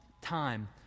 time